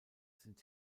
sind